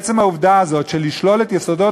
עצם העובדה הזאת של לשלול את יסודות